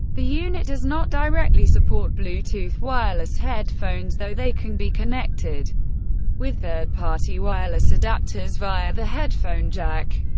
the unit does not directly support bluetooth wireless headphones, though they can be connected with third-party wireless adapters via the headphone jack.